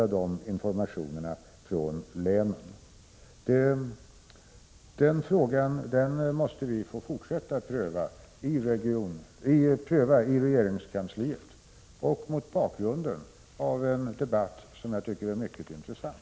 Den frågan måste vi få fortsätta att pröva i regeringskansliet, mot bakgrund av en debatt som jag tycker är mycket intressant.